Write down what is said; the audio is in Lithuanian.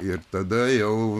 ir tada jau